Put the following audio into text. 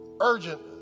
urgent